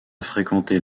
fréquenter